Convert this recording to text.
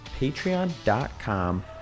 patreon.com